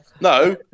no